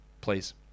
Please